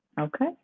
Okay